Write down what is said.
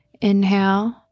Inhale